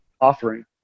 offering